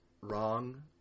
wrong